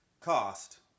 cost